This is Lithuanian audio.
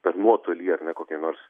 per nuotolį ar ne kokia nors